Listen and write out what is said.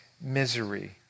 misery